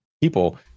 people